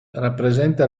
rappresenta